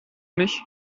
mich